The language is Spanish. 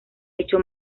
hecho